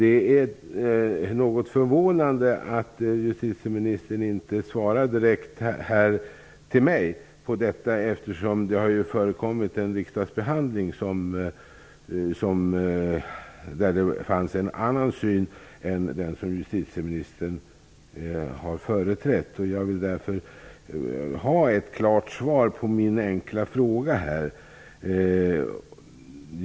Det är något förvånande att justitieministern inte svarar mig direkt på denna fråga, eftersom det har förekommit en riksdagsbehandling, där synen var en annan än den som justitieministern har företrätt. Jag vill därför ha ett klart svar på min enkla fråga.